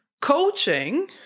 Coaching